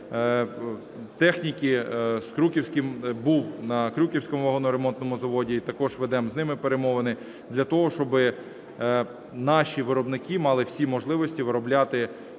був на Крюківському вагоноремонтному заводі, і також ведемо з ними перемовини для того, щоби наші виробники мали всі можливості виробляти